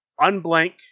unblank